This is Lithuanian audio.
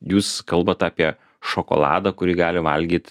jūs kalbat apie šokoladą kurį gali valgyt